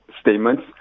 statements